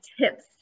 tips